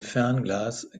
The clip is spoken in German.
fernglas